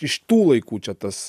iš tų laikų čia tas